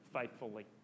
faithfully